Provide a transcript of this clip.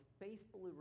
faithfully